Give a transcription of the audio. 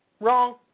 wrong